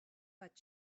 but